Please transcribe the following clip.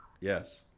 Yes